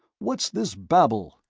what's this babble?